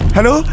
Hello